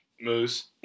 moose